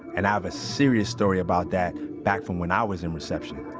and i have a serious story about that back from when i was in reception.